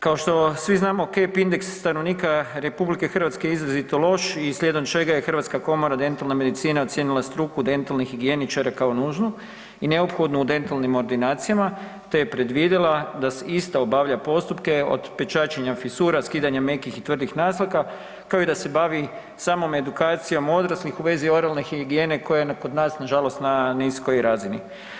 Kao što svi znamo CAPE indeks stanovnika RH je izrazito loš i slijedom čega je Hrvatska komora dentalne medicine ocijenila struku dentalni higijeničar kao nužnu i neophodnu u dentalnim ordinacijama te je predvidila da ista obavlja postupke od pečačenja fisura, skidanja mekih i tvrdih naslaga kao i da se bavi samom edukacijom odraslih u vezi oralne higijene koja je kod nas nažalost na niskoj razini.